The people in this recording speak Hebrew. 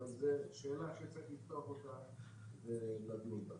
זאת שאלה שצריך לפתוח ולדון בה.